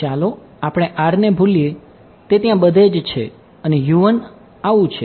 ચાલો આપણે r ને ભૂલીએ તે ત્યાં બધે જ છે અને આવી છે